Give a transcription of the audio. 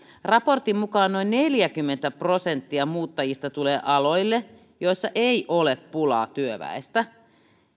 raportin mukaan noin neljäkymmentä prosenttia muuttajista tulee aloille joilla ei ole pulaa työväestä